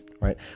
Right